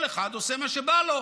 כל אחד עושה מה שבא לו.